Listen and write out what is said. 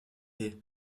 est